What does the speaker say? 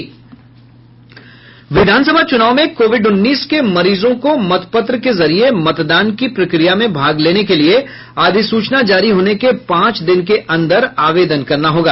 विधानसभा चुनाव में कोविड उन्नीस के मरीजों को मत पत्र के जरिये मतदान की प्रक्रिया में भाग लेने के लिए अधिसूचना जारी होने के पांच दिन के अन्दर आवेदन करना होगा